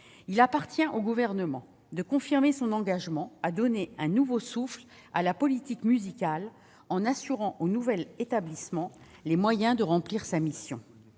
Il appartient au Gouvernement de confirmer son engagement de donner un souffle neuf à la politique musicale en assurant au nouvel établissement les moyens de remplir sa mission.